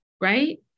Right